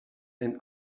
and